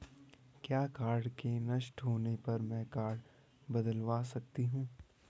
क्या कार्ड के नष्ट होने पर में कार्ड बदलवा सकती हूँ?